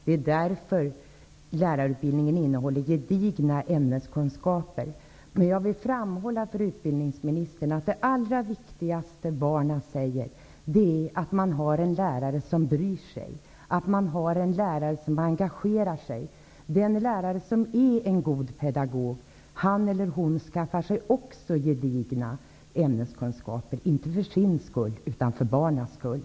Det är därför lärarutbildningen ger gedigna ämneskunskaper. Jag vill framhålla för utbildningsministern att det allra viktigaste för barnen är att ha en lärare som bryr sig. De vill ha en lärare som engagerar sig. Den lärare som är en god pedagog -- han eller hon -- skaffar sig gedigna ämneskunskaper, inte för sin egen skull utan för barnens skull.